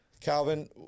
Calvin